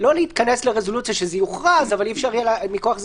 לא להיכנס לרזולוציה שזה יוכרז אבל אי אפשר יהיה מכוח זה